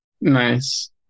Nice